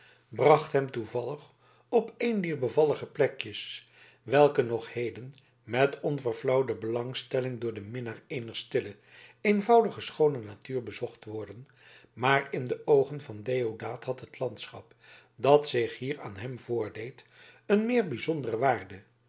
bracht hem toevallig op een dier bevallige plekjes welke nog heden met onverflauwde belangstelling door den minnaar eener stille eenvoudig schoone natuur bezocht worden maar in de oogen van deodaat had het landschap dat zich hier aan hem voordeed een meer bijzondere waarde